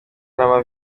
n’ama